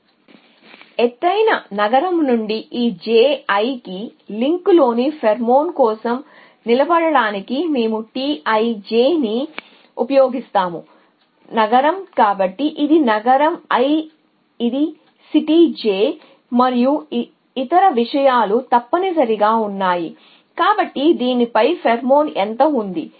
మేము T i j లో పర్యటన నగరం నుండి నగరం కి కాబట్టి ఈT i j కి లింక్లోని ఫేర్మోన్ కోసం దానికి ముందు నగరం ని ఉపయోగిస్తాము అంటే ఇది i ఇది సిటీ j మరియు గమనించాలిన ఇతర విషయాలు తప్పనిసరిగా ఉన్నాయి దీనిపై ఫెరోమోన్ ఎంత ఉంది